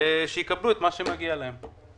שיקבלו את מה שמגיע להם.